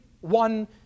one